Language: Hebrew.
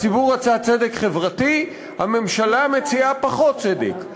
הציבור רצה צדק חברתי, הממשלה מציעה פחות צדק,